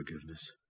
forgiveness